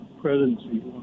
presidency